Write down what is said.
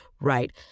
right